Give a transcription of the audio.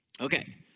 Okay